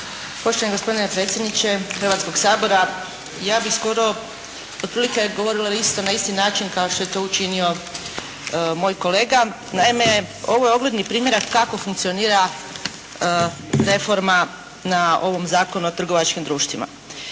Poštovani gospodine predsjedniče Hrvatskog sabora, ja bih govorila skoro otprilike na isti način kao što je to učinio moj kolega, naime. Ovo je ogledni primjerak kako funkcionira reforma na ovom zakonu o trgovačkim društvima.